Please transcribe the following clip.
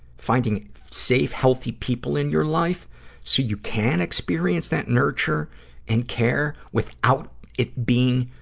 finding safe, healthy people in your life so you can experience that nurture and care without it being,